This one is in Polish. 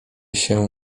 się